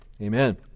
Amen